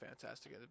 fantastic